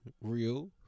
real